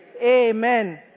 Amen